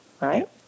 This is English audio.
right